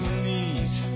knees